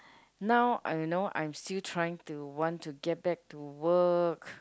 now I know I'm still trying to want to get back to work